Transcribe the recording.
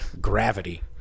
Gravity